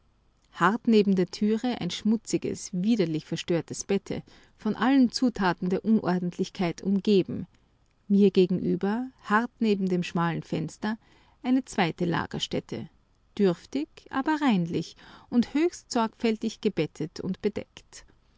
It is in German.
hart neben der türe ein schmutziges widerlich verstörtes bette von allen zutaten der unordentlichkeit umgeben mir gegenüber hart neben dem schmalen fenster eine zweite lagerstätte dürftig aber reinlich und höchst sorgfältig gebettet und bedeckt